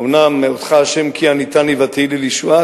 אומנם אודך השם כי עניתני ותהי לי לישועה,